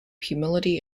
humility